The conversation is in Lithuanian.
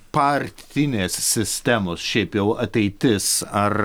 partinės sistemos šiaip jau ateitis ar